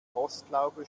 rostlaube